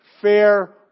fair